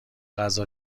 غذا